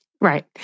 Right